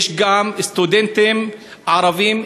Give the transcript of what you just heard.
יש גם סטודנטים ערבים,